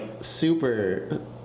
super